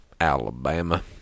Alabama